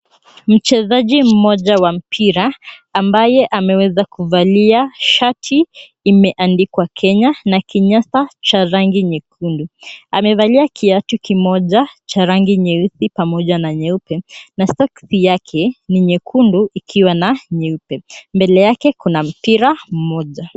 Mchezaji mmoja wa mpira ambaye ameweza kuvalia shati limeandikwa Kenya na kinyasa ya rangi nyekundu, amevalia kiatu kimoja ya rangi nyeusi pamoja na nyeupe, na soksi yake ni nyekundu ikiwa na nyeupe. Mbele yake kuna mpira mmoja.